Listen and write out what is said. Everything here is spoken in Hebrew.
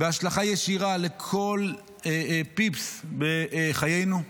בהשלכה ישירה לכל פיפס בחיינו,